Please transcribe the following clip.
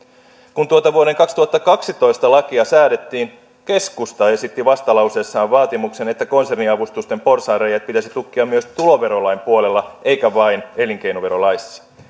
kun tuota vuoden kaksituhattakaksitoista lakia säädettiin keskusta esitti vastalauseessaan vaatimuksen että konserniavustusten porsaanreiät pitäisi tukkia myös tuloverolain puolella eikä vain elinkeinoverolaissa